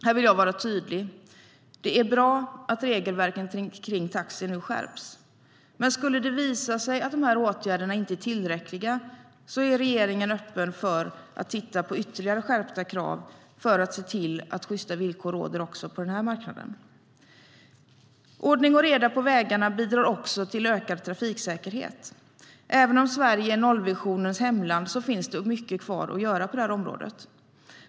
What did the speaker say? Här vill jag vara tydlig: Det är bra att regelverken kring taxi nu skärps. Men skulle det visa sig att åtgärderna inte är tillräckliga är regeringen öppen för att titta på ytterligare skärpta krav för att se till att sjysta villkor råder också på den här marknaden. Ordning och reda på vägarna bidrar också till ökad trafiksäkerhet. Även om Sverige är nollvisionens hemland finns det mycket kvar att göra på det här området.